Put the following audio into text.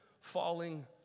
falling